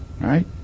Right